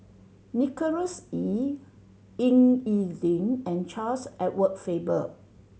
Nicholas Ee Ying E Ding and Charles Edward Faber